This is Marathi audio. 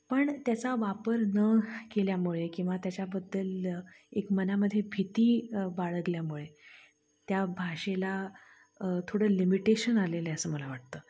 पण त्याचा वापर न केल्यामुळे किंवा त्याच्याबद्दल एक मनामध्ये भीती बाळगल्यामुळे त्या भाषेला थोडं लिमिटेशन आलेलं असं मला वाटतं